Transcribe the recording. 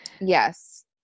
Yes